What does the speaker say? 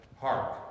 Hark